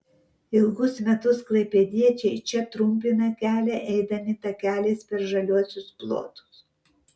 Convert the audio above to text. ilgus metus klaipėdiečiai čia trumpina kelią eidami takeliais per žaliuosius plotus